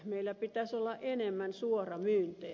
meillä pitäisi olla enemmän suoramyyntejä